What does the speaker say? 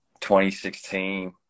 2016